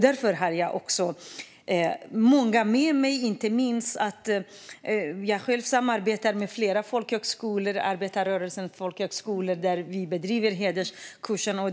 Det finns många som håller med mig. Jag samarbetar med flera folkhögskolor, bland annat Arbetarrörelsens folkhögskolor, där vi driver hederskursen.